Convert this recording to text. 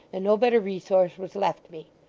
and no better resource was left me.